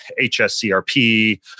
HSCRP